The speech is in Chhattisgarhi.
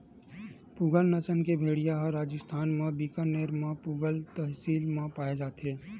पूगल नसल के भेड़िया ह राजिस्थान म बीकानेर म पुगल तहसील म पाए जाथे